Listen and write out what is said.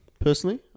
Personally